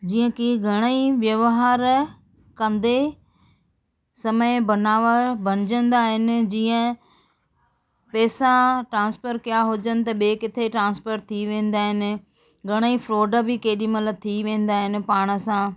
जीअं कि घणेई व्यव्हार कंदे समय बनाव वणिजंदा आहिनि जीअं पैसा ट्रांस्फर कया हुजनि त ॿिएं किथे ट्रांस्फर थी वेंदा आहिनि घणेई फ्रॉड बि केॾी महिल थी वेंदा आहिनि पाण सां